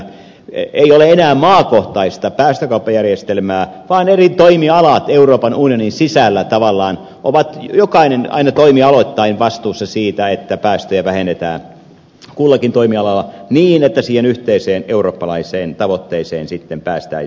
ei ole enää maakohtaista päästökauppajärjestelmää vaan eri toimialat euroopan unionin sisällä tavallaan ovat jokainen aina toimialoittain vastuussa siitä että päästöjä vähennetään kullakin toimialalla niin että siihen yhteiseen eurooppalaiseen tavoitteeseen sitten päästäisiin